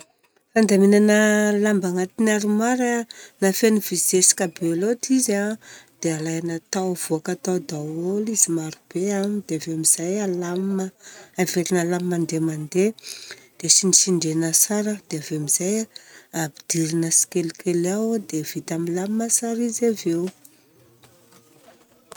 Fandaminana lamba agnaty armoire a, na feno mibozezika be loatra izy a dia alaina tao avoaka tao daholo izy marobe a, dia avy eo amizay alamina, averina alamina indray mandeha dia tsindritsindriana tsara dia avy eo amizay apidirina tsikelikely ao a, dia vita milamina tsara izy avy eo.